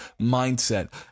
mindset